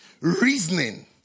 reasoning